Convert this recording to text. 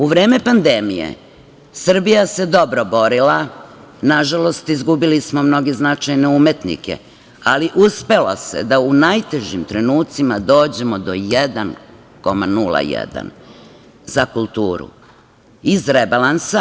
U vreme pandemije Srbija se dobro borila, nažalost, izgubili smo mnoge značajne umetnike, ali uspelo se da u najtežim trenucima dođemo do 1,01 za kulturu iz rebalansa.